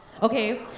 Okay